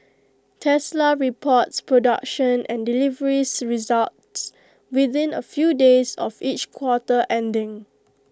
Tesla reports production and delivery's results within A few days of each quarter ending